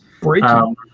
breaking